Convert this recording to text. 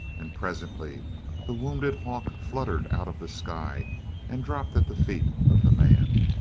and presently the wounded hawk fluttered out of the sky and dropped at the feet of the man?